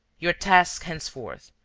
your task, henceforth,